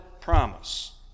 promise